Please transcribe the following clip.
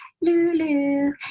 Lulu